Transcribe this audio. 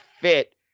fit